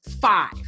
five